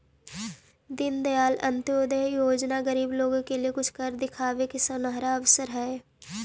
दीनदयाल अंत्योदय योजना गरीब लोगों के लिए कुछ कर दिखावे का सुनहरा अवसर हई